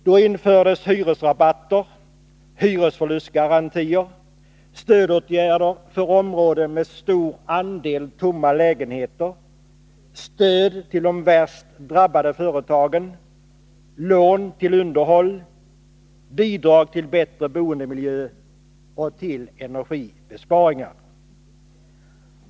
Det infördes hyresrabatter, hyresförlustgarantier, stödåtgärder för områden med stor andel tomma lägenheter, stöd till de värst drabbade företagen, lån till underhåll, bidrag till bättre boendemiljö och till energibesparingar.